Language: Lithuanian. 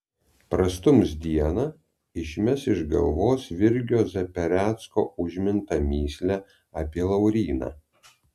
prastums dieną išmes iš galvos virgio zaperecko užmintą mįslę apie lauryną